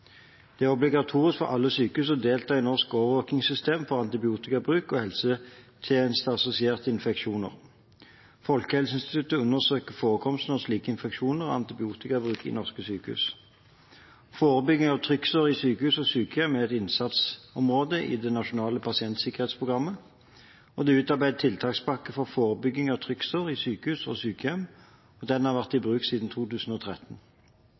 Det er obligatorisk for alle sykehus å delta i Norsk overvåkingssystem for antibiotikabruk og helsetjenesteassosierte infeksjoner. Folkehelseinstituttet undersøker forekomsten av slike infeksjoner og antibiotikabruk i norske sykehus. Forebygging av trykksår i sykehus og sykehjem er et innsatsområde i det nasjonale pasientsikkerhetsprogrammet. Det er utarbeidet en tiltakspakke for forebygging av trykksår i sykehus og sykehjem, og den har vært i bruk siden 2013.